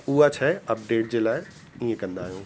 त उहा छा आहे अपडेट जे लाइ ईअं कंदा आहियूं